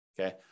Okay